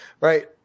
right